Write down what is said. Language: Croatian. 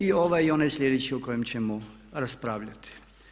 I ovaj i onaj slijedeći o kojem ćemo raspravljati.